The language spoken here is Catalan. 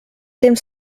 temps